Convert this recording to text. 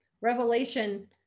Revelation